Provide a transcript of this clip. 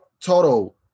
total